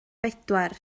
bedwar